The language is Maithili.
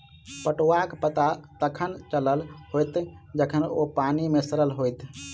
पटुआक पता तखन चलल होयत जखन ओ पानि मे सड़ल होयत